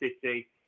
city